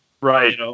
Right